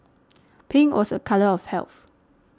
pink was a colour of health